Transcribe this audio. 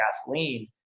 gasoline